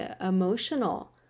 emotional